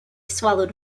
swallowed